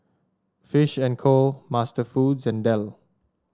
Fish and Co MasterFoods and Dell